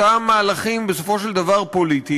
אותם מהלכים פוליטיים,